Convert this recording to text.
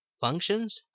Functions